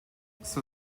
sir